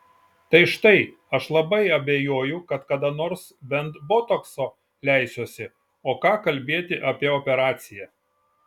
tai štai aš labai abejoju kad kada nors bent botokso leisiuosi o ką kalbėti apie operaciją